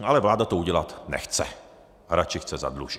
Ale vláda to udělat nechce, radši chce zadlužit.